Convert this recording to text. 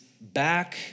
back